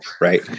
right